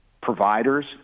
providers